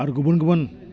आरो गुबुन गुबुन